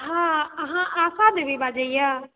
हँ अहाँ आशा देवी बाजैए